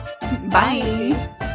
bye